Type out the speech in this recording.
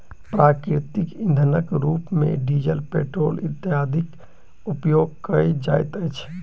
प्राकृतिक इंधनक रूप मे डीजल, पेट्रोल इत्यादिक उपयोग कयल जाइत अछि